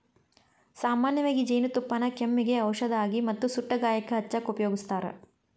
ಸಾಮನ್ಯವಾಗಿ ಜೇನುತುಪ್ಪಾನ ಕೆಮ್ಮಿಗೆ ಔಷದಾಗಿ ಮತ್ತ ಸುಟ್ಟ ಗಾಯಕ್ಕ ಹಚ್ಚಾಕ ಉಪಯೋಗಸ್ತಾರ